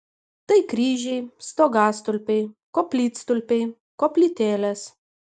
tai kryžiai stogastulpiai koplytstulpiai koplytėlės